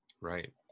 right